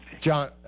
John